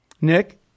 Nick